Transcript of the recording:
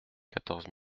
quatorze